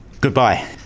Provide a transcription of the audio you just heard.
Goodbye